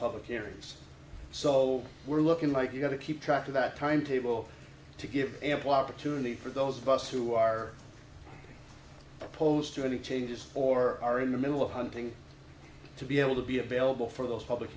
public areas so we're looking like you've got to keep track of that timetable to give ample opportunity for those of us who are opposed to any changes or are in the middle of hunting to be able to be available for those public